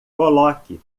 coloque